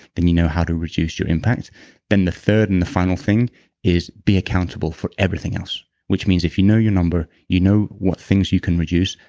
then you know how to reduce your impact then the third and final thing is be accountable for everything else, which means if you know your number, you know what things you can reduce,